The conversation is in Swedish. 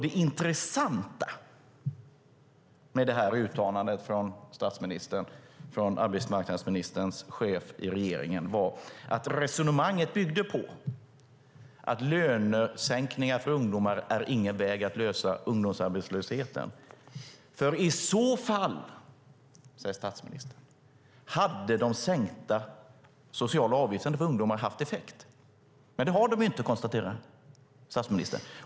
Det intressanta med det uttalandet från statsministern, arbetsmarknadsministerns chef i regeringen, var att resonemanget byggde på att lönesänkningar för ungdomar inte är någon väg att lösa ungdomsarbetslösheten. I så fall, sade statsministern, hade de sänkta sociala avgifterna för ungdomar haft effekt. Men det har de inte, konstaterade statsministern.